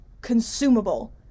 consumable